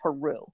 Peru